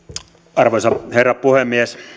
arvoisa herra puhemies